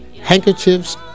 handkerchiefs